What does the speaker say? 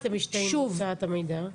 למה אתם משתהים בהוצאת המידע?